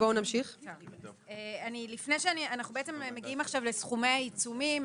אנחנו מגיעים עכשיו לסכומי העיצומים.